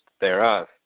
thereof